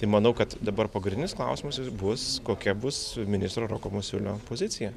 tai manau kad dabar pagrindinis klausimas jis bus kokia bus ministro roko masiulio pozicija